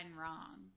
wrong